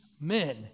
men